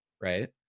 Right